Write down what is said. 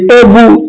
able